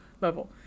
level